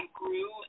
grew